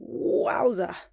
wowza